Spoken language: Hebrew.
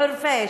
בחורפיש.